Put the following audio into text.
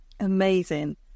Amazing